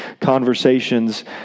conversations